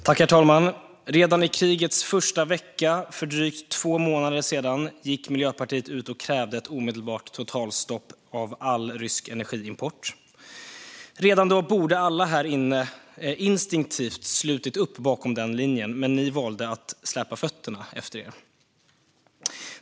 Herr talman! Redan i krigets första vecka för drygt två månader sedan gick Miljöpartiet ut och krävde ett omedelbart totalstopp av all rysk energiimport. Redan då borde alla här inne instinktivt ha slutit upp bakom den linjen, men ni valde att släpa fötterna efter er.